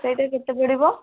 ସେଇଟା କେତେ ପଡ଼ିବ